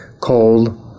cold